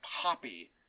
Poppy